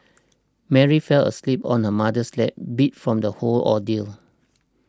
Mary fell asleep on her mother's lap beat from the whole ordeal